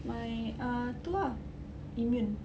my err itu ah immune